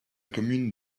commune